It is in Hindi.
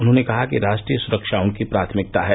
उन्होंने कहा कि राष्ट्रीय सुरक्षा उनकी प्राथमिकता है